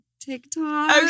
TikTok